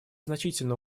значительно